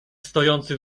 stojący